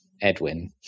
Edwin